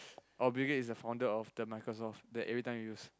oh Bill-Gates is the founder of the Microsoft that everytime you use